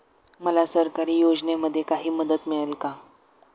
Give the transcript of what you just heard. मला सरकारी योजनेमध्ये काही मदत मिळेल का?